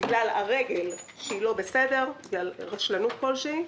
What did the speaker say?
בגלל הרגל שלי שהיא לא בסדר בגלל רשלנות כלשהי.